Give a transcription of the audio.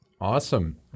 Awesome